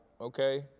okay